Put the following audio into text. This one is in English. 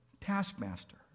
taskmaster